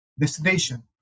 destination